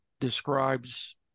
describes